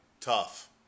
Tough